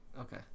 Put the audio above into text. Okay